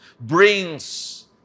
brings